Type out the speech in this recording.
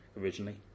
originally